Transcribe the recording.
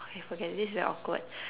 okay forget it this is very awkward